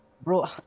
bro